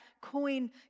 coin